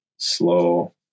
slow